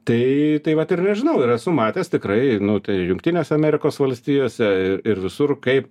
tai tai vat ir nežinau ir esu matęs tikrai nu tai jungtinėse amerikos valstijose ir visur kaip